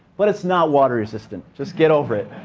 but it's not water resistant. just get over it.